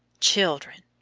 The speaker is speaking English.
children!